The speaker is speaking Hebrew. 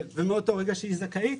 כן, ומאותו רגע שהיא זכאית,